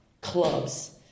clubs